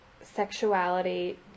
sexuality